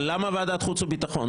אבל למה ועדת החוץ והביטחון?